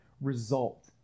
result